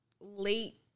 late